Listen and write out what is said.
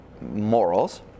morals